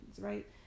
right